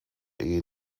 ehe